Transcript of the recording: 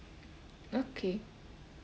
okay